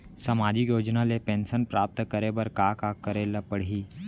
सामाजिक योजना ले पेंशन प्राप्त करे बर का का करे ल पड़ही?